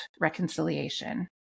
reconciliation